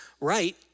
right